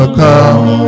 come